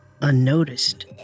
unnoticed